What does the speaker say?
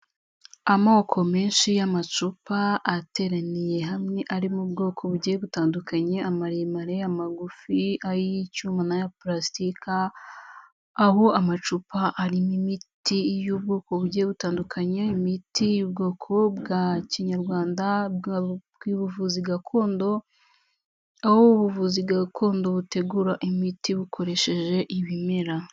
Amoko menshi y'amacupa ateraniye hamwe arimo ubwoko bugiye butandukanye, amaremare, amagufi, ay'icyuma n'ayapurasitika, aho amacupa arimo imiti y'ubwoko bugiye butandukanye, imiti y'ubwoko bwa kinyarwanda, ubuvuzi gakondo, aho ubuvuzi gakondo butegura imiti bukoresheje ibimera.